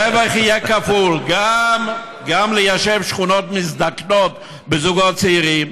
הרווח יהיה כפול: גם ליישב שכונות מזדקנות בזוגות צעירים,